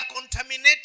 contaminated